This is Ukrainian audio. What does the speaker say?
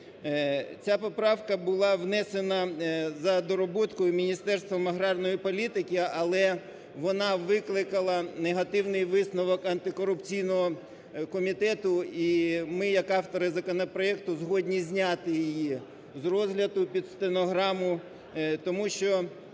Ця поправка була внесена за доработкою Міністерства аграрної політики, але вона викликала негативний висновок антикорупційного комітету. І ми як автори законопроекту згодні зняти її з розгляду під стенограму. Тому що,